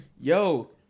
Yo